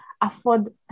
afford